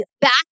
back